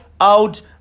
out